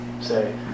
say